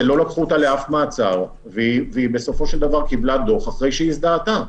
לא לקחו אותה לאף מעצר והיא בסופו של דבר קיבלה דוח אחרי שהיא הזדהתה,